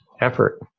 effort